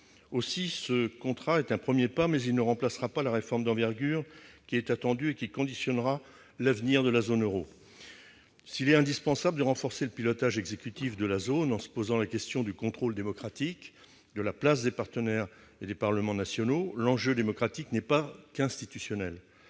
aussi, ce contrat est un 1er pas mais il ne remplacera pas la réforme d'envergure qui est attendu et qui conditionnera l'avenir de la zone Euro, s'il est indispensable de renforcer le pilotage exécutif de la zone, en se posant la question du contrôle démocratique de la place des partenaires et des parlements nationaux, l'enjeu démocratique n'est pas qu'institutionnel,